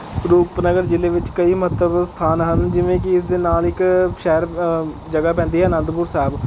ਰੂਪਨਗਰ ਜ਼ਿਲ੍ਹੇ ਵਿੱਚ ਕਈ ਮਹੱਤਵ ਸਥਾਨ ਹਨ ਜਿਵੇਂ ਕਿ ਇਸ ਦੇ ਨਾਲ਼ ਇੱਕ ਸ਼ਹਿਰ ਜਗ੍ਹਾ ਪੈਂਦੀ ਹੈ ਅਨੰਦਪੁਰ ਸਾਹਿਬ